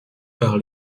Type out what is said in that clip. par